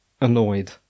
annoyed